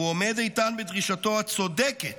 הוא עומד איתן בדרישתו הצודקת